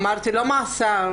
אמרתי לא מאסר,